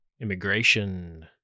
immigration